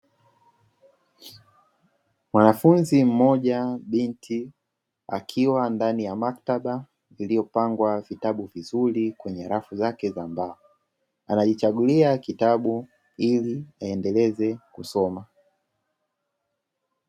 Mwanafunzi mmoja binti akiwa ndani ya maktaba iliyopangwa vitabu vizuri kwenye rafu zake za mbao, anajichagulia kitabu ili aendeleze kusoma.